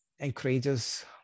encourages